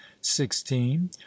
Sixteen